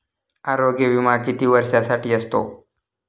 आरोग्य विमा किती वर्षांसाठी असतो?